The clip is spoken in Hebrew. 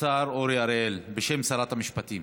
השר אורי אריאל בשם שרת המשפטים.